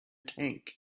tank